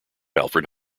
alfred